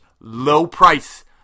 low-price